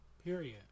Period